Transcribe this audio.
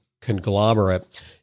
conglomerate